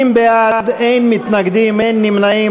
80 בעד, אין מתנגדים, אין נמנעים.